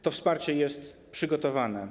To wsparcie jest przygotowane.